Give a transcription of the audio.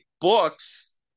books